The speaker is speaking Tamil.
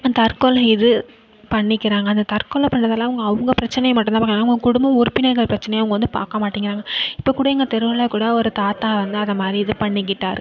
தற்கொலை இது பண்ணிக்கிறாங்க அந்த தற்கொலை பண்ணுறதால அவங்க அவங்க பிரச்சினைய மட்டும் தான் பார்க்கறாங்க அவங்க குடும்ப உறுப்பினர்கள் பிரச்சினைய அவங்க வந்து பார்க்க மாட்டேங்கிறாங்க இப்போ கூட எங்கள் தெருவில் கூட ஒரு தாத்தா வந்து அது மாதிரி இது பண்ணிக்கிட்டார்